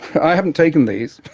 i haven't taken these,